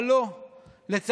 אבל, לא.